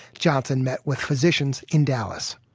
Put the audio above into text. johnson met with physicians in dallas.